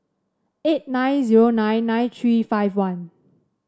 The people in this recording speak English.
eight nine zero nine nine three five one